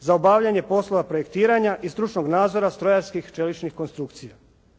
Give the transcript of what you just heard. za obavljanje poslova projektiranja i stručnog nadzora strojarskih čeličnih konstrukcija.